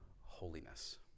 holiness